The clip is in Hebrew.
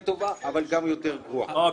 לא,